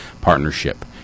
Partnership